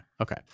Okay